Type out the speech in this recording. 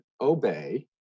obey